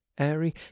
airy